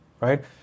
right